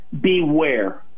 beware